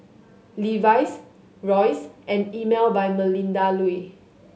Levi's Royce and Emel by Melinda Looi